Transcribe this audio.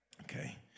okay